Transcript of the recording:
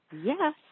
Yes